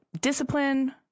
discipline